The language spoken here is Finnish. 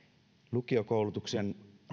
lukiokoulutuksen